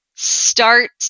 start